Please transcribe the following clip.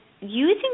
using